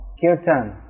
kirtan